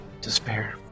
despair